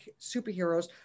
superheroes